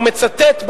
הוא מצטט,